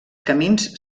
camins